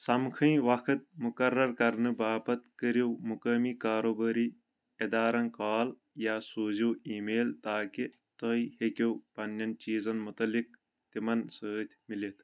سمکھٕنۍ وقت مُقرر کرنہٕ باپتھ کٔرِو مقٲمی کاروبٲری اِدارن کال یا سوٗزِو ای میل تاکہِ تُہۍ ہیٚکِو پنٕنٮ۪ن چیٖزن مُتعلِق تِمن سۭتۍ مِلِتھ